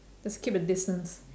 just keep a distance